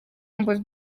humble